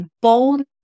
bold